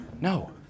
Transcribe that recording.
No